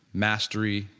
mastery,